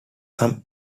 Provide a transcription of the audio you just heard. some